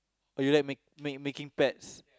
or you like make make making pets